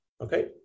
Okay